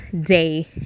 day